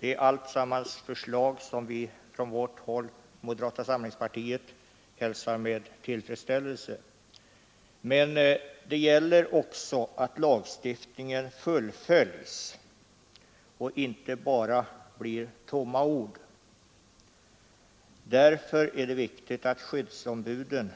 Det är förslag som vi från moderata samlingspartiet hälsar med tillfredsställelse. Men det gäller också att lagstiftningen fullföljs och inte bara blir tomma ord. Därför är det viktigt att skyddsombuden